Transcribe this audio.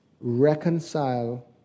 reconcile